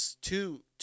two